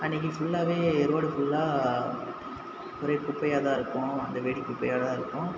அன்றைக்கி ஃபுல்லாவே ரோடு ஃபுல்லா ஒரே குப்பையாக தான் இருக்கும் இந்த வெடி குப்பையாக தான் இருக்கும்